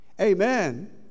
Amen